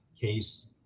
case